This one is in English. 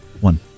One